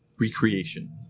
recreation